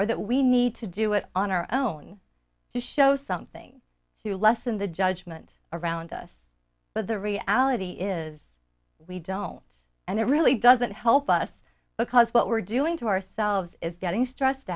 or that we need to do it on our own shows something to lessen the judgment around us but the reality is we don't and it really doesn't help us because what we're doing to ourselves is getting stressed